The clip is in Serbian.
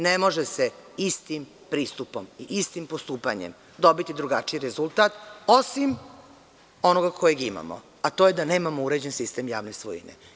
Ne može se istim pristupom i istim postupanjem dobiti drugačiji rezultat, osim onoga kojeg imamo, a to je da nemamo uređen sistem javne svojine.